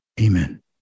Amen